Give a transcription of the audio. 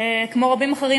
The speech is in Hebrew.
כמו רבים אחרים,